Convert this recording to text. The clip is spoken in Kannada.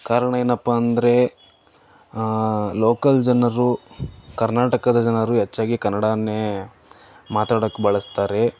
ಕಾರಣ ಏನಪ್ಪ ಅಂದರೆ ಲೋಕಲ್ ಜನರು ಕರ್ನಾಟಕದ ಜನರು ಹೆಚ್ಚಾಗಿ ಕನ್ನಡವನ್ನೇ ಮಾತಾಡೋಕ್ಕೆ ಬಳಸ್ತಾರೆ